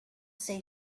say